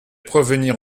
provenir